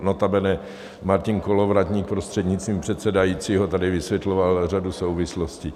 Notabene Martin Kolovratník, prostřednictvím předsedajícího, tady vysvětloval řadu souvislostí.